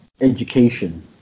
education